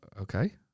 Okay